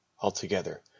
Altogether